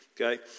okay